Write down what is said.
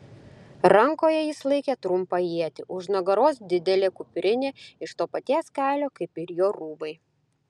rankoje jis laikė trumpą ietį už nugaros didelė kuprinė iš to paties kailio kaip ir jo rūbai